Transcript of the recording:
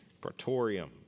praetorium